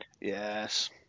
Yes